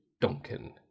Duncan